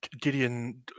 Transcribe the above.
Gideon